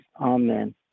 Amen